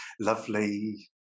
lovely